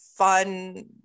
Fun